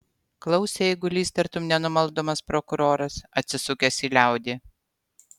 klausė eigulys tartum nenumaldomas prokuroras atsisukęs į liaudį